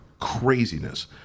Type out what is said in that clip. craziness